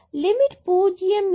limit 0 இல்லை